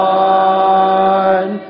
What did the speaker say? one